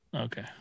okay